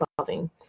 solving